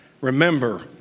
Remember